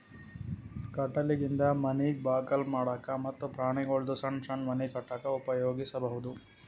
ಕಟಗಿಲಿಂದ ಮನಿದ್ ಬಾಕಲ್ ಮಾಡಕ್ಕ ಮತ್ತ್ ಪ್ರಾಣಿಗೊಳ್ದು ಸಣ್ಣ್ ಸಣ್ಣ್ ಮನಿ ಕಟ್ಟಕ್ಕ್ ಉಪಯೋಗಿಸಬಹುದು